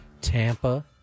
Tampa